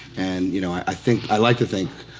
and you know i think, i like to think,